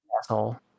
Asshole